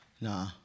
nah